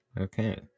Okay